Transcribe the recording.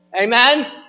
Amen